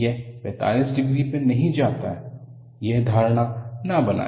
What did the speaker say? यह 45 डिग्री पर नहीं जाता है यह धारणा ना बनाए